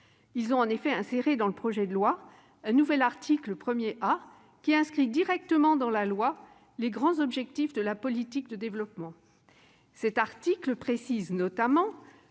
Ils ont en effet inséré dans le projet de loi un nouvel article 1 A, qui inscrit directement dans la loi les grands objectifs de la politique de développement. Cet article précise notamment